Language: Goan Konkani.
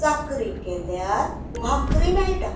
चाकरी केल्यार भाकरी मेळटा